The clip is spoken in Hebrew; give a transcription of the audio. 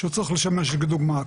שהוא צריך לשמש דוגמא,